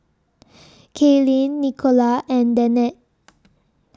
Kaylynn Nicola and Danette